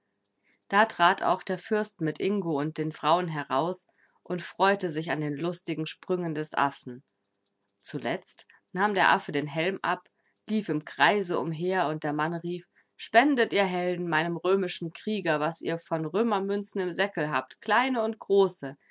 da trat auch der fürst mit ingo und den frauen heraus und freute sich an den lustigen sprüngen des affen zuletzt nahm der affe den helm ab lief im kreise umher und der mann rief spendet ihr helden meinem römischen krieger was ihr von römermünzen im säckel habt kleine und große